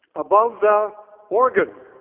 above the organ,